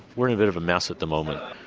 we're in a bit of a mess at the moment.